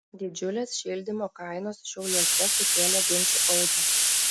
didžiulės šildymo kainos šiauliuose sukėlė ginčų audrą